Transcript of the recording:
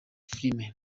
filime